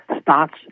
starts